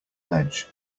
ledge